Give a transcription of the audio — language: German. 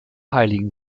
heiligen